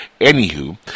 Anywho